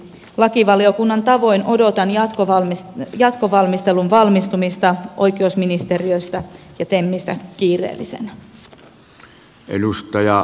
lakivaliokunnan tavoin odotan jatkovalmistelun valmistumista oikeusministeriöstä ja temistä kiireellisenä